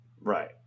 Right